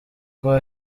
kwa